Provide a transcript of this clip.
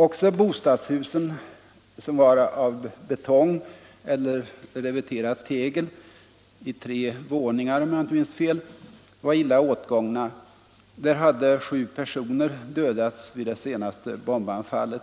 Också bostadshusen, som var av betong eller reveterat tegel i tre våningar — om jag inte minns fel — var illa åtgångna. Där hade sju personer dödats vid det senaste bombanfallet.